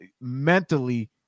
mentally